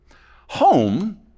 Home